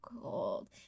cold